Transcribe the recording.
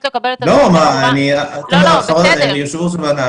--- יושבת-ראש הוועדה,